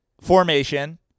formation